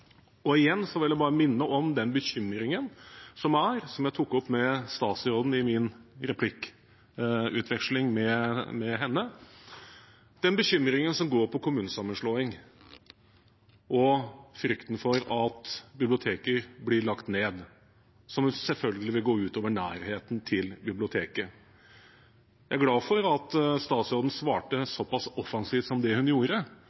Igjen vil jeg minne om den bekymringen som jeg tok opp med statsråden i min replikkveksling med henne, som handler om kommunesammenslåing og frykten for at bibliotek blir lagt ned, noe som selvfølgelig vil gå ut over nærheten til biblioteket. Jeg er glad for at statsråden svarte såpass offensivt som hun gjorde,